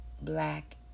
black